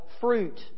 fruit